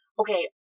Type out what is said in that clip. okay